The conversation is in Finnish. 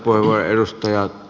arvoisa puhemies